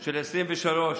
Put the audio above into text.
של 2023,